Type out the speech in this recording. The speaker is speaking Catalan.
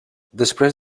després